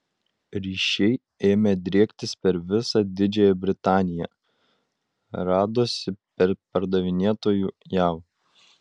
ryšiai ėmė driektis per visą didžiąją britaniją radosi perpardavinėtojų jav